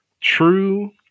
true